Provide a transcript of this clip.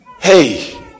hey